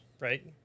right